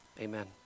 Amen